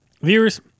Viewers